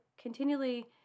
continually